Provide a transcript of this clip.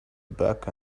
back